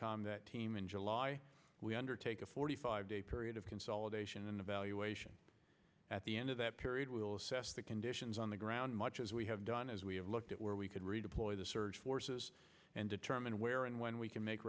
combat team in july we undertake a forty five day period of consolidation and evaluation at the end of that period we will assess the conditions on the ground much as we have done as we have looked at where we could redeploy the surge forces and determine where and when we can make